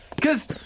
Cause